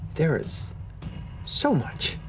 there is so much,